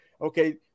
okay